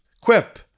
Quip